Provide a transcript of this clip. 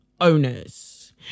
owners